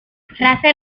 race